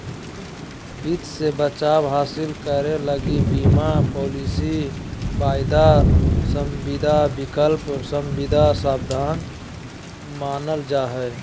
वित्त मे बचाव हासिल करे लगी बीमा पालिसी, वायदा संविदा, विकल्प संविदा साधन मानल जा हय